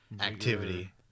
activity